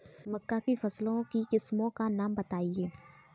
मक्का की फसल की किस्मों का नाम बताइये